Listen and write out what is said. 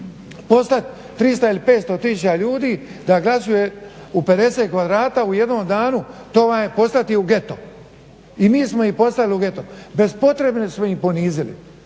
Poslati 300 ili 500 tisuća ljudi da glasuje u 50 kvadrata u jednom danu to vam je poslati ih u geto. I mi smo ih poslali u geto. Bespotrebno smo ih ponizili.